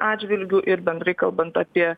atžvilgiu ir bendrai kalbant apie